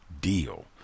deal